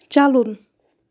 چلُن